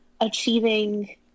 achieving